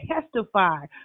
testify